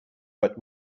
but